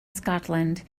scotland